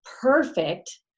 perfect